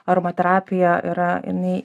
aromaterapija yra jinai